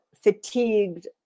fatigued